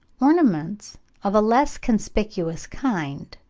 ornaments of a less conspicuous kind,